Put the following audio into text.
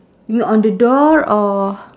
you mean on the door or